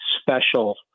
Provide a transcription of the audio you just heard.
special